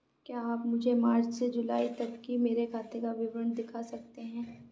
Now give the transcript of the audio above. क्या आप मुझे मार्च से जूलाई तक की मेरे खाता का विवरण दिखा सकते हैं?